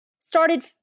started